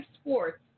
sports